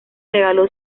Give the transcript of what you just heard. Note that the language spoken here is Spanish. regaló